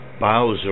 Bowser